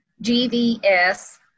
G-V-S